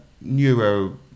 neuro